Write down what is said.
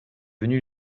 venu